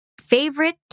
favorite